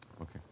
Okay